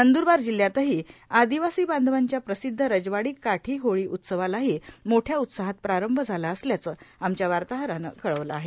नंदुरबार जिल्ह्यातही आदिवासी बांधवांच्या प्रसिद्ध रजवाडी काठी होळी उत्सवालाही मोठ्या उत्साहात प्रारंभ झाला असल्याचं आमच्या वार्ताहरानं कळवलं आहे